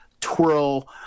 twirl